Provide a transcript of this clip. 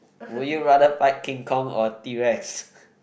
would you rather fight king-kong or T-Rex